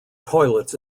toilets